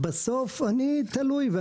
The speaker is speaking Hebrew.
בסוף אני תלוי.